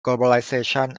globalization